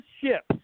ships